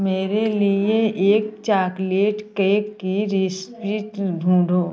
मेरे लिए एक चॉकलेट केक की रेसिपी ढूंढो